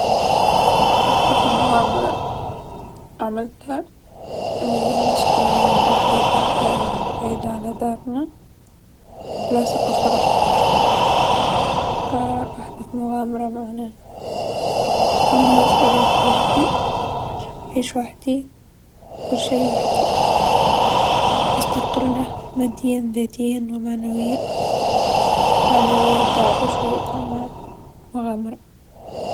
أحدث مغامره عملتها أني نسكن بحدا دا نسكن بعيدا على دارنا في بلاصه أخرى أحدث مغامره تحمل مسؤوليتي وحدي نعيش وحدي كل شيء وحدي مستقله ماديا، ذاتيا و معنويا، معنويا تاعبا شويا أما مغامره.